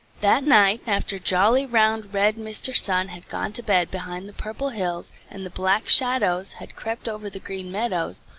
that night, after jolly, round, red mr. sun had gone to bed behind the purple hills, and the black shadows had crept over the green meadows,